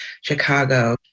chicago